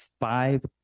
five